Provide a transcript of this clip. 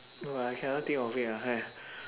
no lah I cannot think of it lah